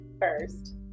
first